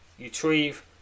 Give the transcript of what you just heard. retrieve